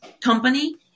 company